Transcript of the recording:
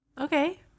okay